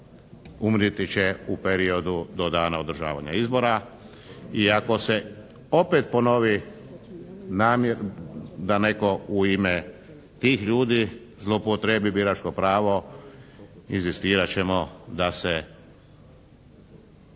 umrijeti će u periodu do dana održavanja izbora i ako se opet ponovi namjer da netko u ime tih ljudi zloupotrijebi biračko pravo inzistirat ćemo da se